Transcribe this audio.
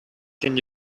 can